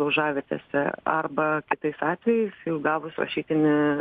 laužavietėse arba tik tais atvejais jau gavus rašytinį